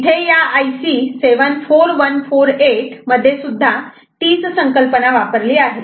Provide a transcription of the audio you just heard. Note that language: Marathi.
इथे या IC 74148 मध्ये सुद्धा तीच संकल्पना वापरली आहे